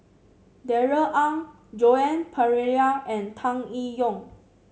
Darrell Ang Joan Pereira and Tan Eng Yoon